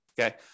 Okay